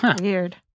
weird